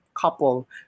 couple